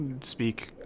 Speak